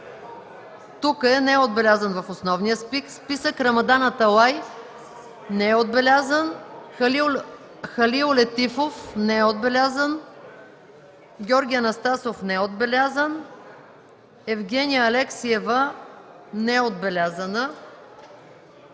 тук е, не е отбелязан в основния списък; Рамадан Аталай не е отбелязан; Халил Летифов не е отбелязан; Георги Анастасов не е отбелязан; Евгения Алексиева не е отбелязана;